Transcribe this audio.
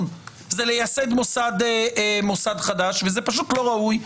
אלא זה לייסד מוסד חדש וזה פשוט לא ראוי.